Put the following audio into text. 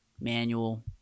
manual